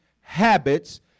habits